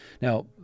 Now